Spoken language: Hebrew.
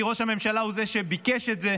כי ראש הממשלה הוא זה שביקש את זה,